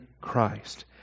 Christ